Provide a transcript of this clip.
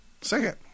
second